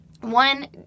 One